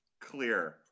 clear